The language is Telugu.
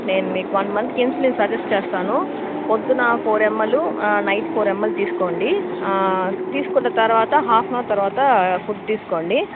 నేను మీకు వన్ మంత్కి ఇన్సులిన్ సజెస్ట్ చేస్తాను పొద్దున్న four ml night four ml తీసుకోండి తీసుకున్న తరువాత హాఫ్ ఆన్ అవర్ తరువాత ఫుడ్ తీసుకోండి